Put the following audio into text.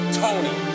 tony